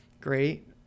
Great